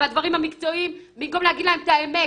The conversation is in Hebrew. בדברים המקצועיים, במקום להגיד להם את האמת.